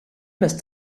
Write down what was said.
must